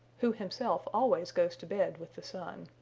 who himself always goes to bed with the sun.